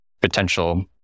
potential